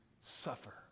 suffer